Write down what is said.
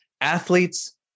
Athletes